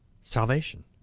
salvation